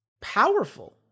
powerful